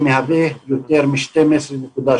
זה מהווה יותר מ-12.8%,